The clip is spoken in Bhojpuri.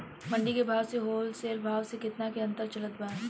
मंडी के भाव से होलसेल भाव मे केतना के अंतर चलत बा?